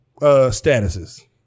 statuses